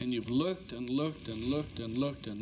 and you've looked and looked and looked and looked and